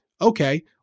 Okay